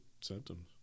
symptoms